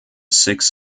six